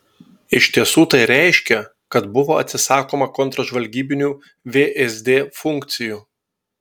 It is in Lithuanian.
iš tiesų tai reiškė kad buvo atsisakoma kontržvalgybinių vsd funkcijų